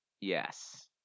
Yes